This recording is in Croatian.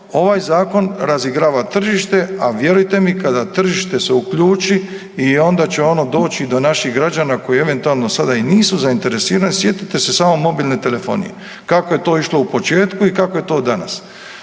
ovaj zakon razigrava tržište, a vjerujte mi kada tržište se uključi i onda će ono doći do naših građana koji eventualno sada i nisu zainteresirani. Sjetite se samo mobilne telefonije kako je to išlo u početku i kako je to danas.